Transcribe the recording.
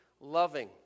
loving